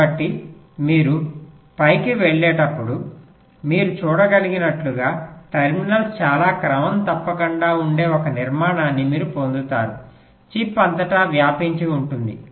కాబట్టి మీరు పైకి వెళ్లేటప్పుడు మీరు చూడగలిగినట్లుగా టెర్మినల్స్ చాలా క్రమం తప్పకుండా ఉండే ఒక నిర్మాణాన్ని మీరు పొందుతారు చిప్ అంతటా వ్యాపించి ఉంటుంది